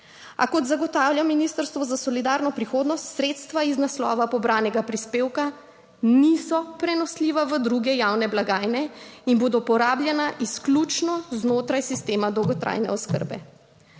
a kot zagotavlja Ministrstvo za solidarno prihodnost, sredstva iz naslova pobranega prispevka niso prenosljiva v druge javne blagajne in bodo porabljena izključno znotraj sistema dolgotrajne oskrbe.